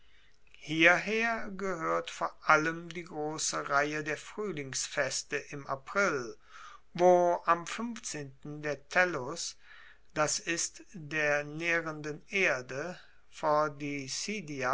hierher gehoert vor allem die grosse reihe der fruehlingsfeste im april wo am der tellus das ist der naehrenden erde